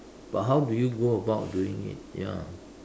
but how do you go about doing it ya